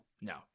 No